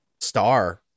star